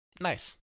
Nice